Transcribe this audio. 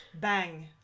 Bang